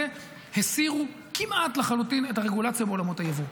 הסירו כמעט לחלוטין את הרגולציה בעולמות היבוא.